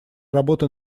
работа